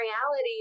reality